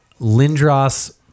Lindros